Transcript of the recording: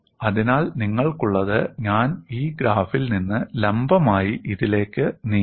അതിനാൽ നിങ്ങൾക്കുള്ളത് ഞാൻ ഈ ഗ്രാഫിൽ നിന്ന് ലംബമായി ഇതിലേക്ക് നീങ്ങും